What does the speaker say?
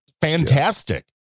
fantastic